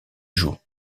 joues